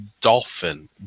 Dolphin